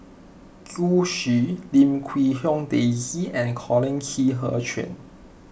Zhu Xu Lim Quee Hong Daisy and Colin Qi Zhe Quan